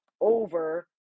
over